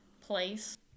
place